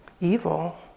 evil